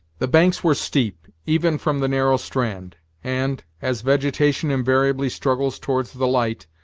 the banks were steep, even from the narrow strand and, as vegetation invariably struggles towards the light,